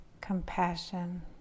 compassion